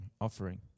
offering